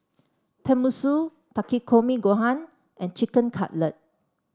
Tenmusu Takikomi Gohan and Chicken Cutlet